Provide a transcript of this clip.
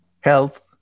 health